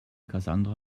cassandra